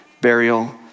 burial